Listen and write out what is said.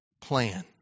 plan